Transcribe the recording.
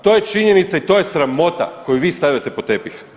To je činjenica i to je sramota koju vi stavljate pod tepih.